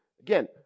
again